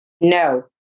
no